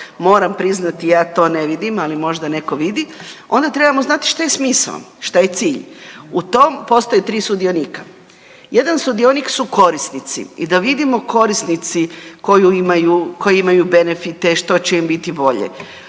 moram priznati ja to ne vidim, ali možda netko vidi, onda trebamo znati šta je smisao, šta je cilj. U tom postoje 3 sudionika. Jedan sudionik su korisnici i da vidimo korisnici koji imaju benefite što će im biti bolje.